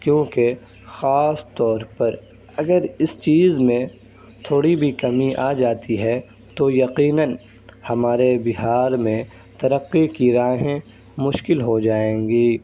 کیونکہ خاص طور پر اگر اس چیز میں تھوڑی بھی کمی آ جاتی ہے تو یقیناً ہمارے بہار میں ترقی کی راہیں مشکل ہو جائیں گی